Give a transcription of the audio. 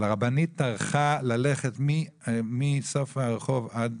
אבל הרבנית טרחה ללכת מסוף הרחוב עד